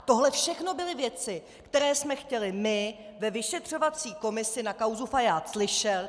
Tohle všechno byly věci, které jsme chtěli my ve vyšetřovací komisi na kauzu Fajád slyšet.